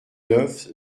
neuf